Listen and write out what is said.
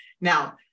Now